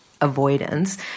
avoidance